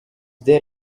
there